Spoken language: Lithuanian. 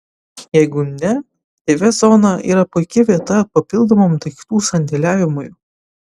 jeigu ne tv zona yra puiki vieta papildomam daiktų sandėliavimui